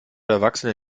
erwachsene